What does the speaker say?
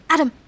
Adam